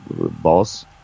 boss